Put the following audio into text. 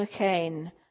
McCain